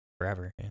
forever